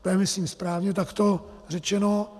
To je myslím správně takto řečeno.